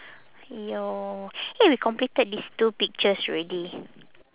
!aiyo! eh we completed these two pictures already